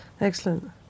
Excellent